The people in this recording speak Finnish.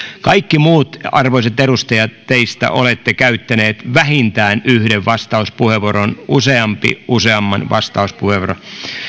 kaikki te muut arvoisat edustajat olette käyttäneet vähintään yhden vastauspuheenvuoron useampi useamman vastauspuheenvuoron